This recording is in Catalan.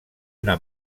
una